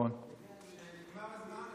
כשנגמר הזמן,